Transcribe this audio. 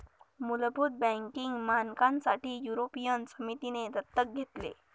मुलभूत बँकिंग मानकांसाठी युरोपियन समितीने दत्तक घेतले